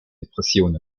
depressionen